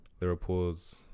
Liverpool's